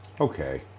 Okay